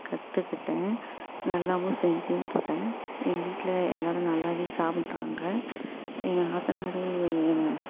கற்றுக்கிட்டேன் நல்லாவும் செஞ்சும் போட்டேன் எங்கள் வீட்டில் எல்லாரும் நல்லாவே சாப்பிட்டாங்க எங்கள் நாத்தனார் என்ன